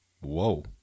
Whoa